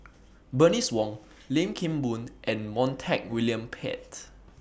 Bernice Wong Lim Kim Boon and Montague William Pett